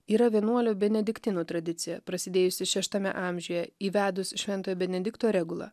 yra vienuolių benediktinų tradicija prasidėjusi šeštame amžiuje įvedus švento benedikto regulą